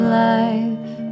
life